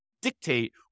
dictate